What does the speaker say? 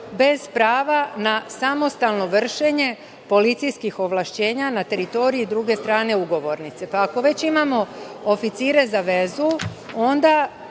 bez prava na samostalno vršenje policijskih ovlašćenja na teritoriji druge strane ugovornice. Ako već imamo oficire za vezu, onda